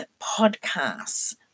podcasts